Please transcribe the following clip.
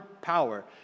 power